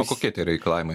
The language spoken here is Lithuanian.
o kokie tie reikalavimai